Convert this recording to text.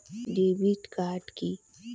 Debit card key?